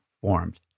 formed